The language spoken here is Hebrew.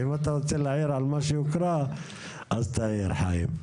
אם אתה רוצה להעיר על מה שהוקרא אז תעיר, חיים.